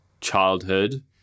childhood